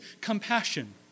compassion